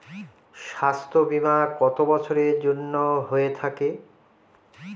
স্বাস্থ্যবীমা কত বছরের জন্য হয়ে থাকে?